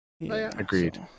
agreed